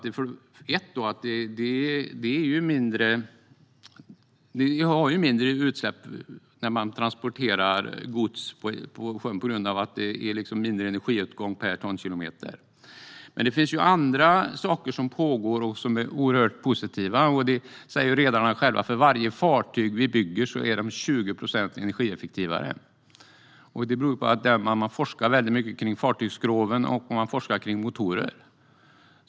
Det blir mindre utsläpp när man transporterar gods på sjön på grund av att det är mindre energiåtgång per tonkilometer, men det finns andra saker som pågår och som är oerhört positiva. Redarna själva säger: Varje fartyg vi bygger blir 20 procent mer energieffektivt. Detta beror på att man forskar mycket om fartygsskroven och motorer.